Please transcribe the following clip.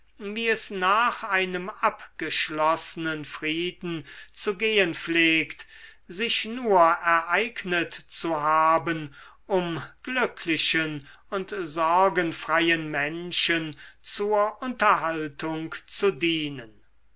wie es nach einem abgeschlossenen frieden zu gehen pflegt sich nur ereignet zu haben um glücklichen und sorgenfreien menschen zur unterhaltung zu dienen